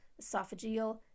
esophageal